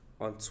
on